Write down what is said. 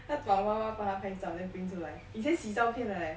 他叫我妈妈帮他拍照 then print 出来以前洗照片的 leh